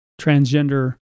transgender